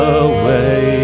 away